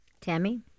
Tammy